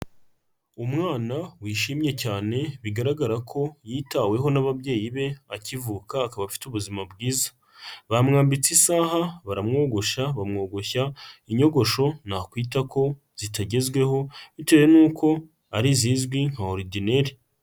Umwana wishimye cyane bigaragara ko yitaweho n'ababyeyi be akivuka akaba afite ubuzima bwiza, bamwambitse isaha baramwogosha bamwogoshya inyogosho nakwita ko zitagezweho bitewe nuko ari izizwi nka orodineri.